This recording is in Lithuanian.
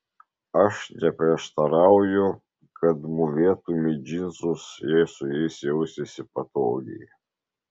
aš neprieštarauju kad mūvėtumei džinsus jei su jais jausiesi patogiai